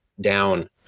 down